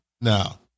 now